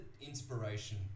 inspiration